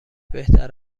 بهتر